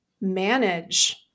manage